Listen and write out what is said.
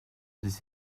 des